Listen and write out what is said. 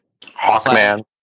Hawkman